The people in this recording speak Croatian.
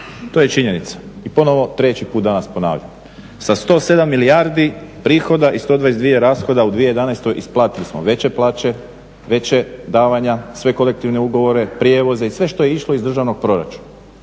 to je činjenica. I ponovo treći put danas ponavljam, sa 107 milijardi prihoda i 122 rashoda u 2011.isplatili smo veće plaće, veća davanja, sve kolektivne ugovore, prijevoze i sve što je išlo iz državnog proračuna.